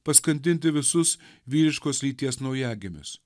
paskandinti visus vyriškos lyties naujagimius